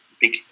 big